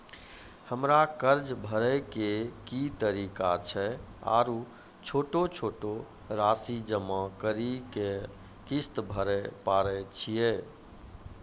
हमरा कर्ज भरे के की तरीका छै आरू छोटो छोटो रासि जमा करि के किस्त भरे पारे छियै?